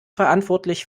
verantwortlich